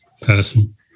person